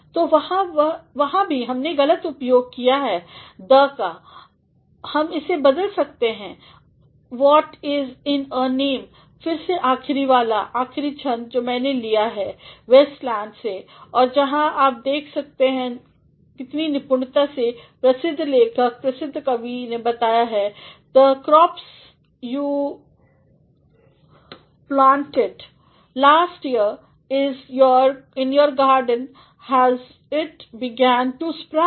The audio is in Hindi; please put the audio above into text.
तो वहां भी हमने गलत उपयोग किया है द का तो हम इसे बदल सकते हैं what is in a name फिर से आखरी वालाआखिरीछंदजो मैने लिया है वेस्टलैंड से और जहाँ आप देख सकते हैं कितनी निपुणतासेप्रसिद्ध लेखक प्रसिद्ध कवि ने बनाया है the crops you planted last year in your garden has it began to sprout